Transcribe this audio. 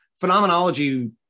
phenomenology